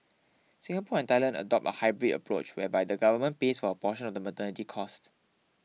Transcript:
Singapore and Thailand adopt a hybrid approach whereby the government pays for a portion of the maternity costs